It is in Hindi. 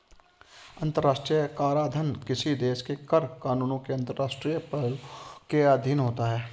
अंतर्राष्ट्रीय कराधान किसी देश के कर कानूनों के अंतर्राष्ट्रीय पहलुओं के अधीन होता है